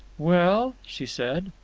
well? she said.